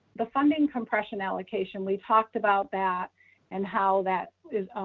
the funding compression allocation, we've talked about that and how that is,